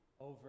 over